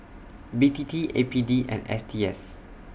B T T A P D and S T S